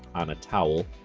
on a towel.